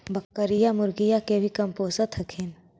बकरीया, मुर्गीया के भी कमपोसत हखिन?